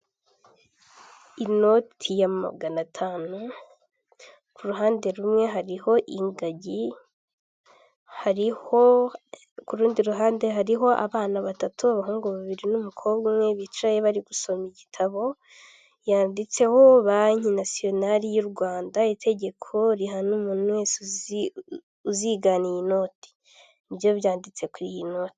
Inoti ya maganatanu ku ruhande rumwe hariho ingagi hariho kurundi ruhande hariho abana batatu abahungu babiri n'umukobwa umwe bicaye bari gusoma igitabo, yanditseho banki nasiyonali y'u Rwanda itegeko rihana umuntu wese uziganaye iyi noti nibyo byanditse kuri iyi noti.